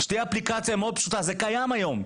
שתהיה אפליקציה מאוד פשוטה, זה קיים היום.